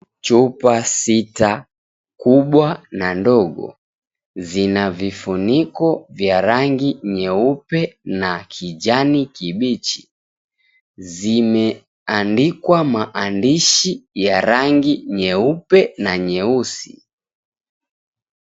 Chupa sita, kubwa na ndogo. Vina vifuniko vya rangi nyeupe na kijani kibichi. Zimeandikwa maandishi ya rangi nyeupe na nyeusi.